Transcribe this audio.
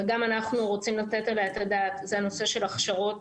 וגם אנחנו רוצים לתת עליה את הדעת זה הנושא של הכשרות